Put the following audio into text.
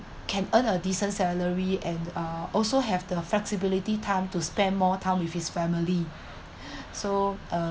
can earn a decent salary and uh also have the flexibility time to spend more time with his family so uh